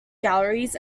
galleries